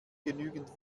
genügend